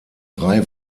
drei